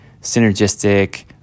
synergistic